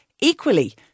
Equally